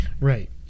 Right